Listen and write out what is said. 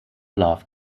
love